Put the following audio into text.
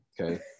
Okay